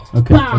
okay